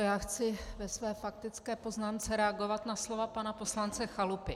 Já chci ve své faktické poznámce reagovat na slova pana poslance Chalupy.